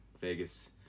Vegas